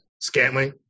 Scantling